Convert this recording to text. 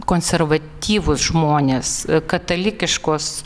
konservatyvūs žmonės katalikiškos